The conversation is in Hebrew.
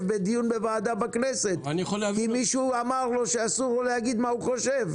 בדיון כי מישהו אמר לו שאסור לו להגיד מה הוא חושב.